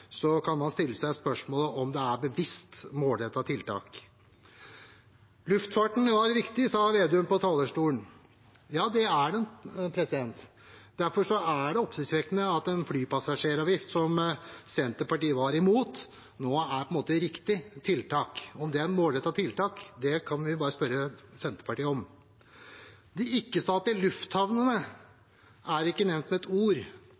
Luftfarten var viktig, sa Vedum på talerstolen. Ja, det er den. Derfor er det oppsiktsvekkende at en flypassasjeravgift, som Senterpartiet var imot, nå er et riktig tiltak. Om det er et målrettet tiltak, kan vi bare spørre Senterpartiet om. De ikke-statlige lufthavnene er ikke nevnt med et ord.